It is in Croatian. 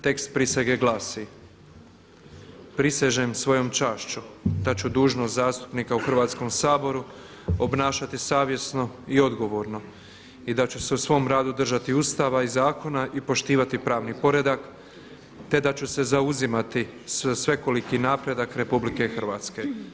Tekst prisege glasi: Prisežem svojom čašću da ću dužnost zastupnika u Hrvatskom saboru obnašati savjesno i odgovorno i da ću se u svom radu držati Ustava i zakona i poštivati pravni poredak te da ću se zauzimati za svekoliki napredak Republike Hrvatske.